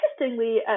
interestingly